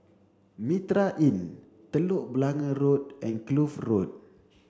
Mitraa Inn Telok Blangah Road and Kloof Road